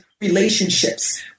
relationships